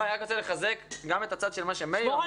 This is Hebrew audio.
אני רק רוצה לחזק גם את מה שמאיר אמר,